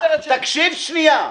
תקשיב שנייה.